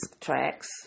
tracks